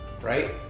right